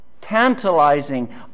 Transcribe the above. tantalizing